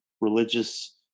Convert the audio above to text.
religious